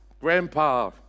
grandpa